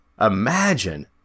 Imagine